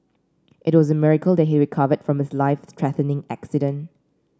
it was a miracle that he recovered from his life threatening accident